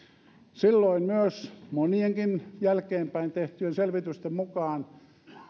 silloin myös monien jälkeenpäin tehtyjen selvitysten mukaan